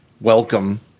welcome